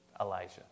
Elijah